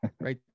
right